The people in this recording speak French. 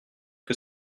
que